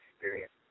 experience